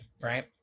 right